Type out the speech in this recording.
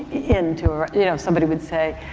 into a, you know somebody would say.